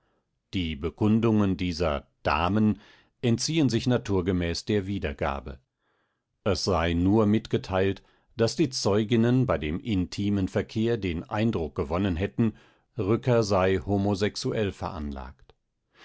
die bekundungen dieser damen entziehen sich naturgemäß der wiedergabe es sei nur mitgeteilt daß die zeuginnen bei dem intimen verkehr den eindruck gewonnen hätten rücker sei homosexuell veranlagt